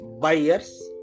buyers